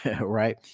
right